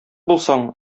булсаң